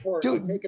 dude